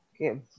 Okay